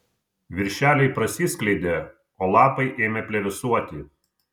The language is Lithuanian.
viršeliai prasiskleidė o lapai ėmė plevėsuoti